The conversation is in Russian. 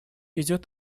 идет